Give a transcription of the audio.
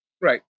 Right